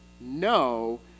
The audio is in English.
no